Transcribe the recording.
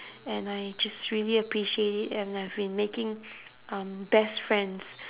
and I just really appreciate it and I've been making um best friends